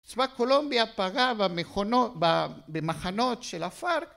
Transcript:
צבא קולומביה פגע במכונות, במחנות של הפארק.